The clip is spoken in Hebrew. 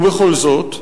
ובכל זאת,